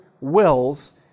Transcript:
wills